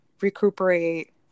recuperate